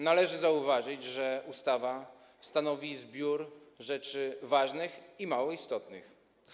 Należy zauważyć, że ustawa stanowi zbiór rzeczy ważnych i mało istotnych.